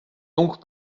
donc